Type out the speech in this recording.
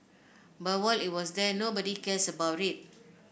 but while it was there nobody cares about it